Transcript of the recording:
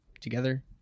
together